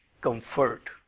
comfort